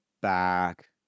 back